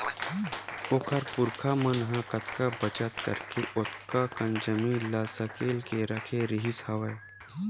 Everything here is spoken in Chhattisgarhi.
ओखर पुरखा मन ह कतका बचत करके ओतका कन जमीन ल सकेल के रखे रिहिस हवय